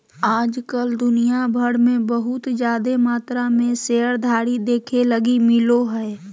आज कल दुनिया भर मे बहुत जादे मात्रा मे शेयरधारी देखे लगी मिलो हय